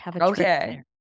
Okay